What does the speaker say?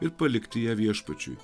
ir palikti ją viešpačiui